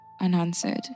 unanswered